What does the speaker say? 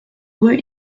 rue